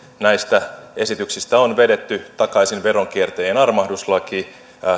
näistä esityksistä on vedetty takaisin veronkiertäjien armahduslaki